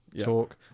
talk